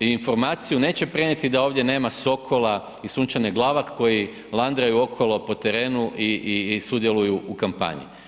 informaciju neće prenijeti da ovdje nema Sokola i Sunčane Glavak koji landraju okolo po terenu i sudjeluju u kampanji.